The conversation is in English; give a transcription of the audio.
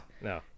no